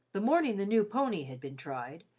the morning the new pony had been tried,